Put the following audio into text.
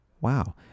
Wow